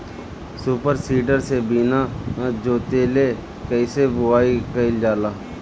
Super seeder से बीना जोतले कईसे बुआई कयिल जाला?